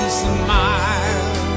smile